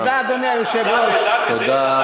תודה,